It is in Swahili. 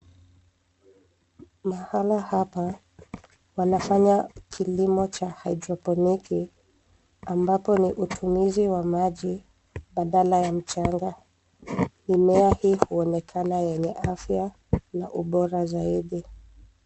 Mahala hapa pana fanya kilimo cha [cs ] hydroponic[cs ] ambapo ni utumizi wa maji badala ya mchanga. Mimea hii huonekana yenye afya na ubora zaifi